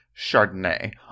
Chardonnay